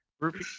Ruby